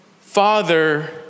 Father